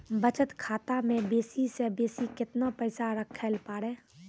बचत खाता म बेसी से बेसी केतना पैसा रखैल पारों?